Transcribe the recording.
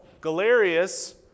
Galerius